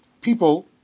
people